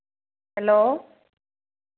hello